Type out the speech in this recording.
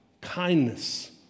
kindness